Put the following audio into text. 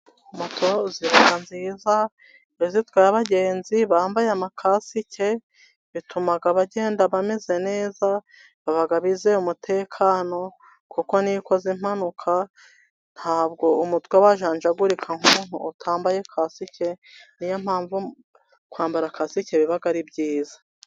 Moto ziba nziza, iyo zitwaye abagenzi bambaye amakasike, bituma bagenda bameze neza baba bizeye umutekano, kuko niyo ukoze impanuka ntabwo umutwe wajanjagurika nk'umuntu utambaye kasike, niyo mpamvu kwambara kasike biba ari byiza.